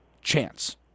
chance